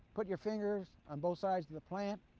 put your fingers on both sides of the plant.